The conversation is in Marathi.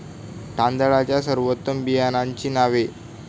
तांदळाच्या सर्वोत्तम बियाण्यांची नावे?